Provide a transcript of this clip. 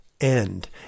end